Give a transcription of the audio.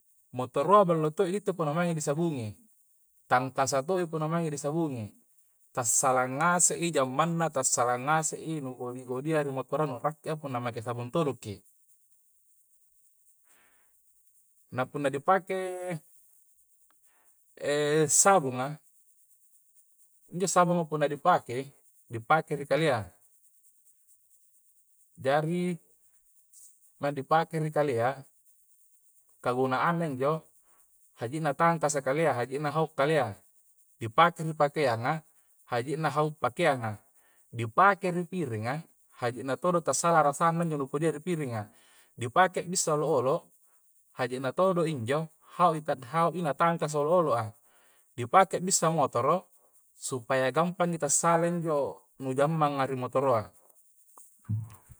Motoroa ballo todoji punna maengi ni sabungi tangkasa to i' punna maengi ni sabungi tassala ngasse i' jammangna tassala ngasse i' nu goli-goli ya ri motoro' rakkia punna maja sabung todo' ki na punna di pakai e sabunga injo sabunga punna di pakai di pakai ri kalea jari' maeng di pakai a kah gunaangna injo haji'na tangkasa kalea, haji'na hau' kalea dipakai ri pakeanga haji'na hau' pakeanga dipakae ri piringa haji'na todo tassala rasanna injo nu kodia rassana ri piringa. dipakai bissa olo-olo haji' na todo injo haui' ta haui' na tangkasa olo-olo a di pakai bissa motoro supaya gamapangi tassala injo nujammanga ri motoroa